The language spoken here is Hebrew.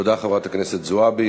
תודה, חברת הכנסת זועבי.